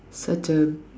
such a